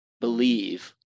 believe